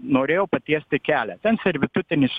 norėjo patiesti kelią ten servitutinis